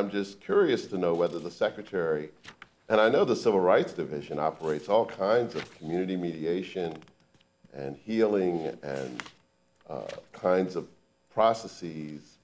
i'm just curious to know whether the secretary and i know the civil rights division operates all kinds of community mediation and healing kinds of processes